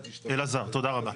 אלעזר, תודה רבה.